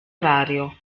orario